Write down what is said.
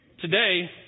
today